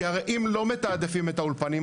כי הרי אם לא מתעדפים את האולפנים,